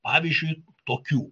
pavyzdžiui tokių